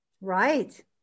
Right